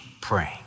praying